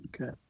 Okay